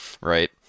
Right